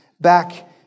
back